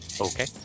Okay